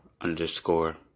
underscore